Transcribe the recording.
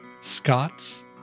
Scots